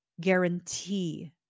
guarantee